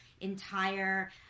entire